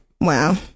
Wow